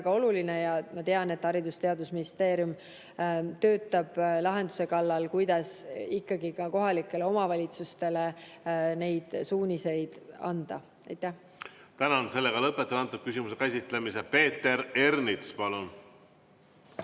oluline. Ma tean, et Haridus‑ ja Teadusministeerium töötab lahenduse kallal, kuidas ikkagi ka kohalikele omavalitsustele neid suuniseid anda. Tänan! Lõpetan selle küsimuse käsitlemise. Peeter Ernits, palun!